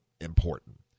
important